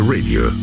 Radio